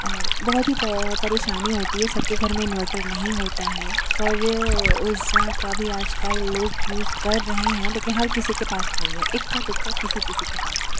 और बहुत ही पर परेशानी होती है सबके घर में इनवर्टर नहीं होता है सूर्य ऊर्जा का भी आज काल लोग यूज कर रहे हैं लेकिन हर किसी के पास नहीं है एक्का दुक्का किसी किसी के पास है